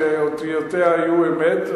שאותיותיה היו אמ"ת,